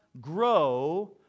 grow